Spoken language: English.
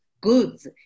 goods